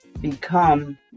become